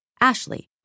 Ashley